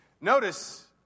Notice